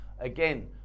again